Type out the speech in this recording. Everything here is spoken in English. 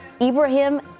Ibrahim